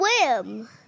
swim